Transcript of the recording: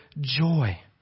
joy